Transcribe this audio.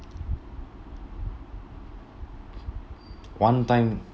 one time